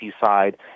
side